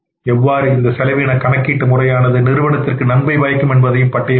எவ்வாறு இந்த செலவின கணக்கீட்டு முறையானது நிறுவனத்திற்கு நன்மை பயக்கும் என்பதையும் பட்டியலிட்டோம்